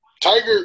Tiger –